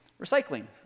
recycling